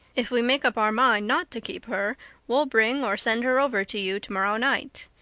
if we make up our mind not to keep her we'll bring or send her over to you tomorrow night.